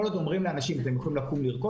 כל עוד אומרים לאנשים שהם יכולים לרקוד,